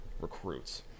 recruits